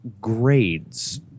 grades